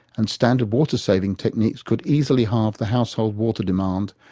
and standard water saving techniques, could easily halve the household water demand,